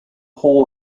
hall